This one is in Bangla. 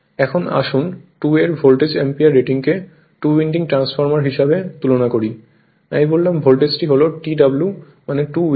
এখন আসুন 2 এর ভোল্ট অ্যাম্পিয়ার রেটিংকে টু উইন্ডিং ট্রান্সফরমার হিসাবে তুলনা করি আমি বললাম ভোল্টেজ হল TW মানে টু উইন্ডিং